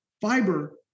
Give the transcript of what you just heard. fiber